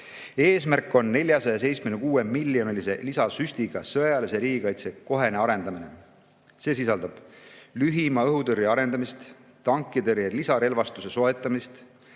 Eesmärk on 476-miljonilise lisasüstiga sõjalise riigikaitse kohene arendamine. See sisaldab lühimaa õhutõrje arendamist, tankitõrje lisarelvastuse soetamist,